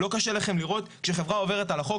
לא קשה לכם לראות שחברה שעוברת על החוק,